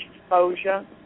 exposure